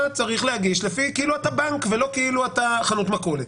אתה צריך להגיש כאילו אתה בנק ולא כאילו אתה חנות מכולת.